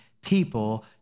people